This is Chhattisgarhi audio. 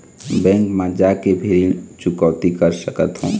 बैंक मा जाके भी ऋण चुकौती कर सकथों?